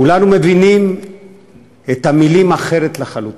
כולנו מבינים את המילים אחרת לחלוטין?